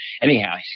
Anyhow